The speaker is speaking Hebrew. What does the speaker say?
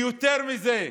יותר מזה,